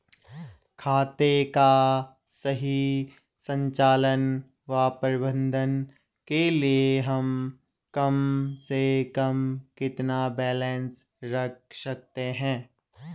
खाते का सही संचालन व प्रबंधन के लिए हम कम से कम कितना बैलेंस रख सकते हैं?